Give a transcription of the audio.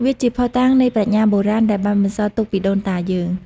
វាជាភស្តុតាងនៃប្រាជ្ញាបុរាណដែលបានបន្សល់ទុកពីដូនតាយើង។